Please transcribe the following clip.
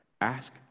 Ask